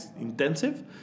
intensive